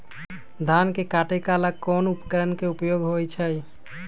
धान के काटे का ला कोंन उपकरण के उपयोग होइ छइ?